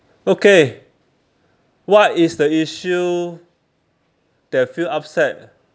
okay what is the issue that you feel upset